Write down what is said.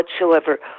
whatsoever